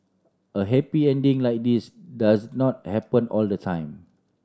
a happy ending like this does not happen all the time